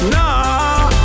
Nah